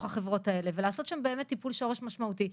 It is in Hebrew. החברות האלה ולעשות שם באמת טיפול שורש משמעותי.